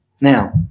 Now